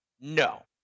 No